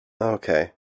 Okay